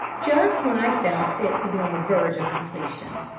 just when i felt it to be on the verge of completion.